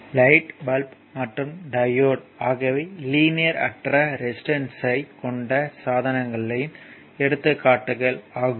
light bulb மற்றும் diode ஆகியவை linear அற்ற ரெசிஸ்டன்ஸ்யைக் கொண்ட சாதனங்களின் எடுத்துக்காட்டுகள் ஆகும்